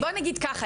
אז בוא נגיד ככה,